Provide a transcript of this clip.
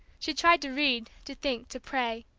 she tried to read, to think, to pray,